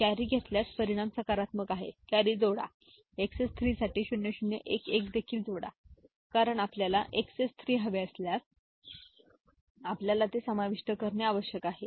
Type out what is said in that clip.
carry घेतल्यास परिणाम सकारात्मक आहे कॅरी जोडा एक्सएस 3 साठी 0 0 1 1 देखील जोडा कारण आपल्याला एक्सएस 3 हवे असल्यास आपल्याला ते समाविष्ट करणे आवश्यक आहे